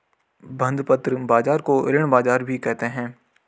बंधपत्र बाज़ार को ऋण बाज़ार भी कहते हैं